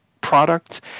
product